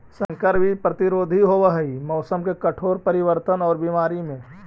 संकर बीज प्रतिरोधी होव हई मौसम के कठोर परिवर्तन और बीमारी में